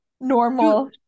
normal